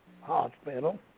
hospital